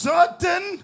Certain